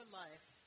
life